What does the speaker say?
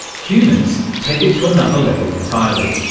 humans take it to another level entirely.